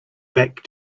back